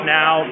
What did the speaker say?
now